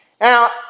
now